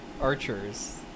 archers